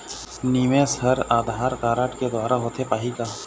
निवेश हर आधार कारड के द्वारा होथे पाही का?